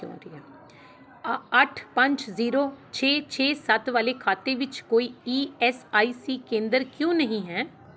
ਅੱਠ ਪੰਜ ਜ਼ੀਰੋ ਛੇ ਛੇ ਸੱਤ ਵਾਲੇ ਖਾਤੇ ਵਿੱਚ ਕੋਈ ਈ ਐੱਸ ਆਈ ਸੀ ਕੇਂਦਰ ਕਿਉਂ ਨਹੀਂ ਹੈ